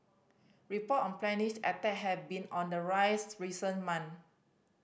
report on attack have been on the rise recent month